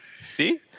See